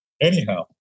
anyhow